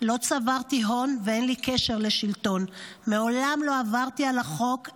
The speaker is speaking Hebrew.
לא צברתי הון / ואין לי קשר לשלטון / מעולם לא עברתי על החוק /